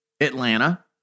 Atlanta